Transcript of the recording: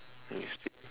then we sleep